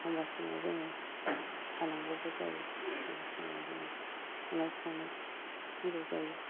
एखनबा समाव जोङो थानांगौबो जायो एखनबा समाव जोङो संनाय खावनाय खालामनांगौ जायो